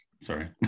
Sorry